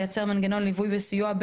בבקשה לייצר מנגנון ליווי וסיוע.